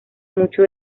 mucho